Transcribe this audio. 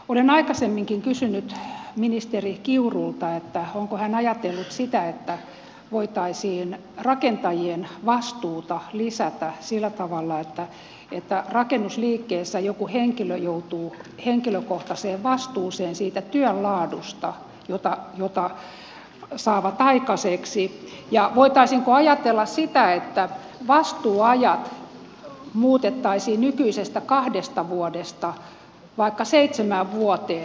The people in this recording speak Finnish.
olen aikaisemminkin kysynyt ministeri kiurulta onko hän ajatellut sitä että voitaisiin rakentajien vastuuta lisätä sillä tavalla että rakennusliikkeessä joku henkilö joutuu henkilökohtaiseen vastuuseen siitä työn laadusta jota saavat aikaiseksi ja voitaisiinko ajatella sitä että vastuuajat muutettaisiin nykyisestä kahdesta vuodesta vaikka seitsemään vuoteen